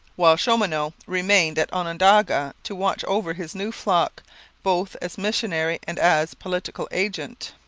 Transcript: while chaumonot remained at onondaga to watch over his new flock both as missionary and as political agent.